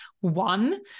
one